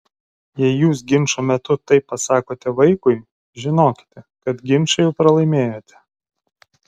jei jūs ginčo metu taip pasakote vaikui žinokite kad ginčą jau pralaimėjote